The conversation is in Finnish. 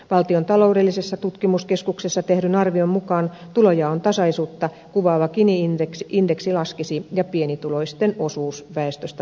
valtion taloudellisessa tutkimuskeskuksessa tehdyn arvion mukaan tulonjaon tasaisuutta kuvaava gini indeksi laskisi ja pienituloisten osuus väestöstä vähenisi